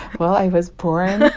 well, i was born